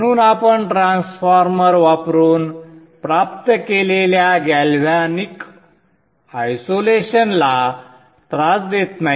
म्हणून आपण ट्रान्सफॉर्मर वापरून प्राप्त केलेल्या गॅल्व्हॅनिक आयसोलेशनला संदर्भ वेळ 2026 त्रास देत नाही